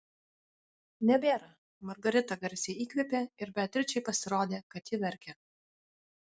nebėra margarita garsiai įkvėpė ir beatričei pasirodė kad ji verkia